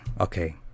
okay